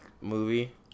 movie